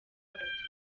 abatutsi